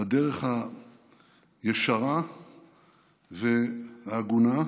לדרך הישרה וההגונה,